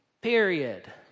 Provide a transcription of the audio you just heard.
Period